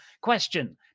Question